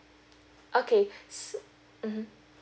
okay so mmhmm